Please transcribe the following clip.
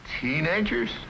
teenagers